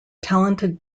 talented